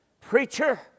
Preacher